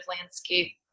landscape